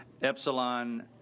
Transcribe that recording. Epsilon